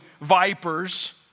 vipers